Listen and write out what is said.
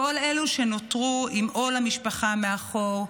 כל אלו שנותרו עם עול המשפחה מאחור,